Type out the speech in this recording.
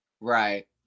Right